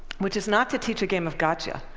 which is not to teach a game of gotcha.